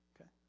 okay